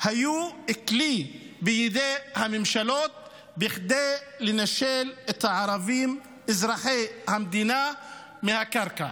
היו כלי בידי הממשלה בכדי לנשל את הערבים אזרחי המדינה מהקרקע.